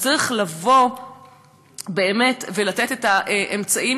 וצריך לבוא באמת ולתת את האמצעים,